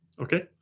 Okay